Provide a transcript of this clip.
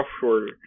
software